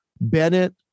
Bennett